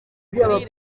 kuri